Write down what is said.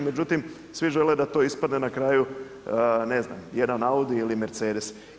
Međutim, svi žele da to ispadne na kraju ne znam jedan Audi ili Mercedes.